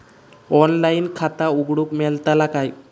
Online खाता उघडूक मेलतला काय?